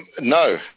No